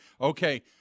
Okay